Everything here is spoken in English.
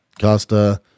costa